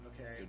Okay